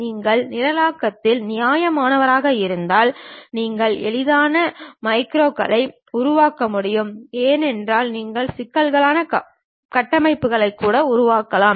நீங்கள் நிரலாக்கத்தில் நியாயமானவராக இருந்தால் நீங்கள் எளிதாக மேக்ரோக்களை உருவாக்க முடியும் என்றால் நீங்கள் சிக்கலான கட்டமைப்புகளை கூட உருவாக்கலாம்